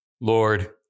Lord